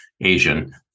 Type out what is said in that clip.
Asian